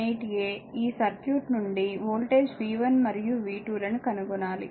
18 a ఈ circuit నుండి voltage v1 మరియు v 2 లను కనుగొనాలి